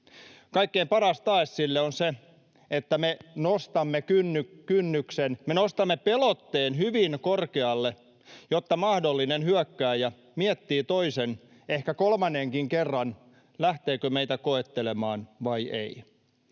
Kaikkein paras tae sille on se, että me nostamme kynnyksen, me nostamme pelotteen hyvin korkealle, jotta mahdollinen hyökkääjä miettii toisen, ehkä kolmannenkin kerran, lähteekö meitä koettelemaan vai ei.